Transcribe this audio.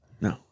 No